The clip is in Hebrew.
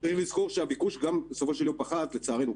צריכים לזכור שהביקוש גם בסופו של יום פחות לצערנו,